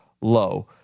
low